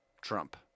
Trump